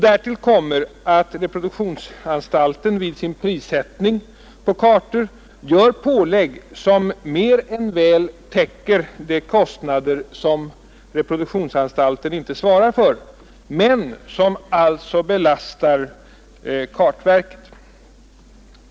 Därtill kommer att reproduktionsanstalten i sin prissättning för kartor gör pålägg som mer än väl täcker de kostnader som reproduktionsanstalten inte svarar för men som alltså belastar kartverket.